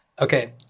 Okay